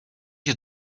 you